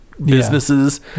Businesses